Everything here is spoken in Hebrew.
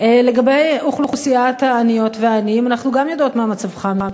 גם לגבי אוכלוסיית העניות והעניים אנחנו יודעות מצוין מה מצבך.